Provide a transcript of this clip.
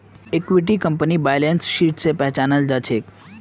इक्विटीक कंपनीर balance sheet स पहचानाल जा छेक